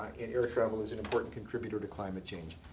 and air travel is an important contributor to climate change.